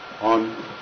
on